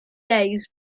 days